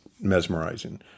mesmerizing